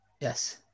Yes